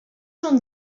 són